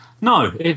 No